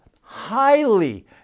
highly